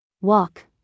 Walk